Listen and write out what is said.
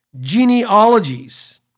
Genealogies